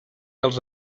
els